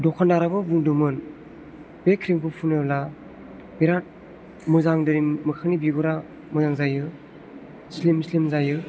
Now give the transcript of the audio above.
दखानदाराबो बुंदोंमोन बे क्रिमखौ फुनोब्ला बिराद मोजां मोखांनि बिगुरा मोजां जायो स्लिम स्लिम जायो